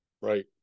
Right